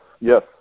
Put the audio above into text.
yes